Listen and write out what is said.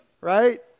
Right